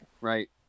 right